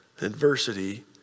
adversity